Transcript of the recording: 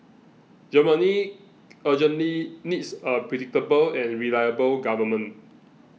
Germany urgently needs a predictable and reliable government